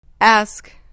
Ask